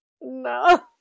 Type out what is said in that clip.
No